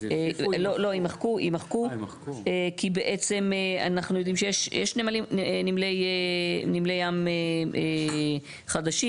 כי בעצם אנחנו יודעים שיש נמלי ים חדשים,